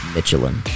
Michelin